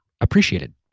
appreciated